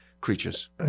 creatures